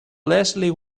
leslie